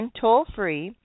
toll-free